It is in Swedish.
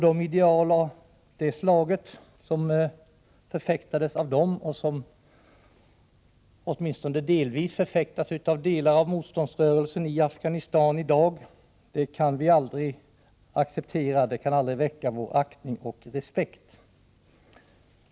De ideal som förfäktades av dem och som åtminstone delvis förfäktas av delar av motståndsrörelsen i Afghanistan i dag kan vi aldrig acceptera. De kan aldrig väcka vår aktning och respekt.